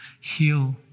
heal